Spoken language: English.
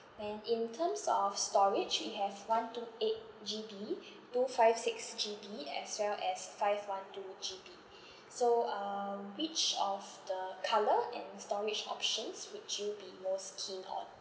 then in terms of storage we have one two eight G_B two five six G_B as well as five one two G_B so um which of the colour and storage options would you be most keen on